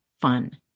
fun